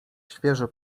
świeżo